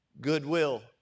goodwill